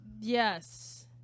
yes